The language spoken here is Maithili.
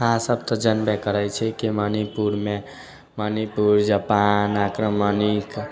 अहाँ सब तऽ जनबे करैत छी कि मणिपुरमे मणिपुर जापान आक्रमणक